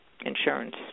insurance